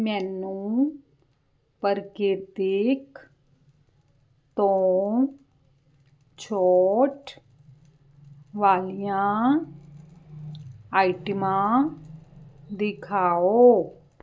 ਮੈਨੂੰ ਪ੍ਰਕ੍ਰਿਤੀਕ ਤੋਂ ਛੋਟ ਵਾਲੀਆਂ ਆਈਟਮਾਂ ਦਿਖਾਓ